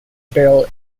barrel